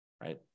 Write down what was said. right